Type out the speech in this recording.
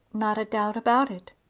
not a doubt about it.